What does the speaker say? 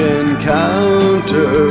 encounter